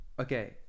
Okay